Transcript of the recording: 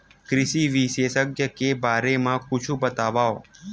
कृषि विशेषज्ञ के बारे मा कुछु बतावव?